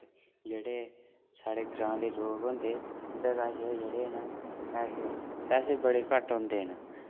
जेह्ड़े साढ़े ग्रांऽ दे लोग होंदे उं'दे कश एह् जेह्ड़े न पैसे पैसे बड़े घट्ट होन्दे न